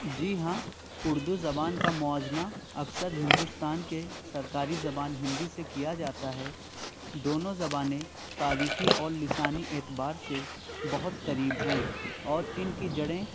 جی ہاں اردو زبان کا موازنہ اکثر ہندوستان کے سرکاری زبان ہندی سے کیا جاتا ہے دونوں زبانیں تاریخی اور لسانی اعتبار سے بہت قریب ہیں اور ان کی جڑیں